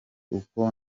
uko